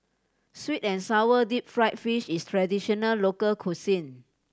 sweet and sour deep fried fish is traditional local cuisine